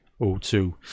O2